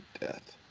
death